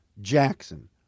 Jackson